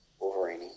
wolverine